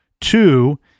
Two